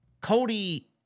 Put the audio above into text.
Cody